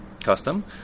custom